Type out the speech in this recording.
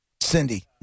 Cindy